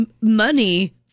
money